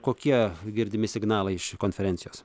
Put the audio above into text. kokie girdimi signalai iš konferencijos